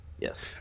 Yes